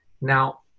Now